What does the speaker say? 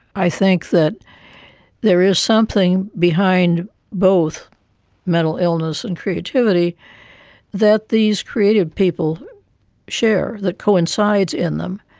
i think that there is something behind both mental illness and creativity that these creative people share, that coincides in them,